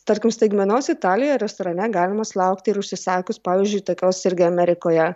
tarkim staigmenos italijoje restorane galima laukti ir užsisakius pavyzdžiui tokios irgi amerikoje